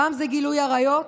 פעם זה גילוי עריות,